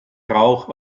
rauch